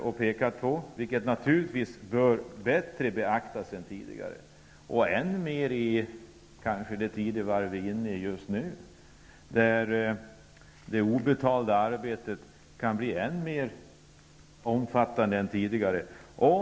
Det arbetet bör naturligtvis beaktas bättre än tidigare, än mer i det tidevarv som vi är inne i just nu där det dolda arbetet kan bli ännu mer omfattande än tidigare.